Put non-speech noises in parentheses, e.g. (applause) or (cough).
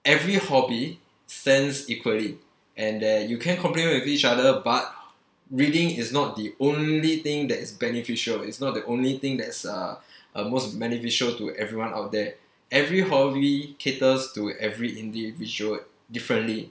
every hobby stands equally and that you can complement with each other but reading is not the only thing that is beneficial it's not the only thing that's uh (breath) uh most beneficial to everyone out there every hobby caters to every individual differently